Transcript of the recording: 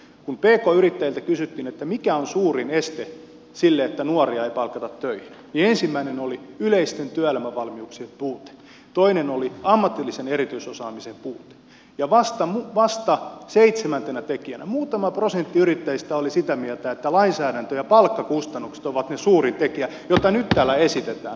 kun pk yrittäjiltä kysyttiin mikä on suurin este sille että nuoria ei palkata töihin niin ensimmäinen oli yleisten työelämävalmiuksien puute toinen oli ammatillisen erityisosaamisen puute ja vasta seitsemäntenä tekijänä muutama prosentti yrittäjistä oli sitä mieltä että lainsäädäntö ja palkkakustannukset ovat se suurin tekijä mitä nyt täällä esitetään